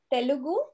Telugu